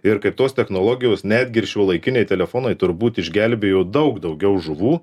ir kaip tos technologijos netgi ir šiuolaikiniai telefonai turbūt išgelbėjo daug daugiau žuvų